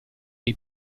dei